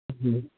جی